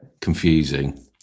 confusing